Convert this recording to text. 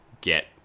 get